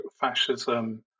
fascism